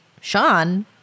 Sean